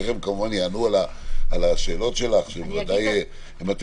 תכף הם כמובן יענו על השאלות שלך שהן בוודאי מטרידות,